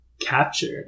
captured